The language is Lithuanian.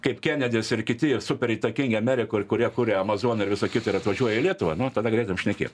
kaip kenedis ir kiti jie superįtakingi amerikoj kurie kuria amazon ir visa kita ir atvažiuoja į lietuvą nu tada galėtum šnekėt